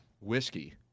Whiskey